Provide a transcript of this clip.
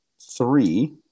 three